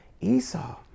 Esau